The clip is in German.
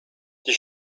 die